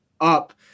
up